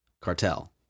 Cartel